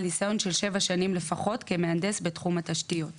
ניסיון של שבע שנים לפחות כמהנדס בתחום התשתיות; (ג)